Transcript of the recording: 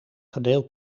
gedeeld